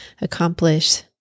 accomplish